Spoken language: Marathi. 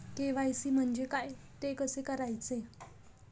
के.वाय.सी म्हणजे काय? ते कसे करायचे?